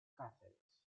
cáceres